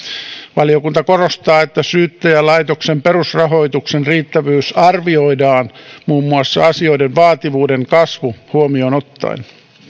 valiokunta korostaa että syyttäjälaitoksen perusrahoituksen riittävyys arvioidaan muun muassa asioiden vaativuuden kasvu huomioon ottaen